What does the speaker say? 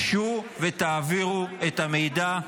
גשו ותעבירו את המידע,